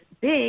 big